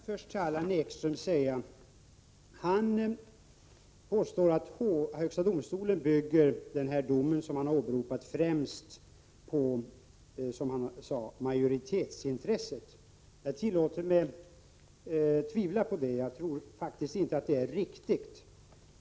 Herr talman! Allan Ekström påstår att högsta domstolen bygger domen som han har åberopat främst på, som han sade, majoritetsintresset. Jag tillåter mig tvivla på det. Jag tror faktiskt inte att det är riktigt.